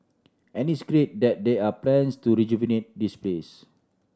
and it's great that there are plans to rejuvenate this place